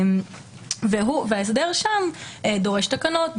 וההסדר שם דורש תקנות,